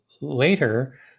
later